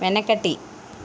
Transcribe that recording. వెనకటి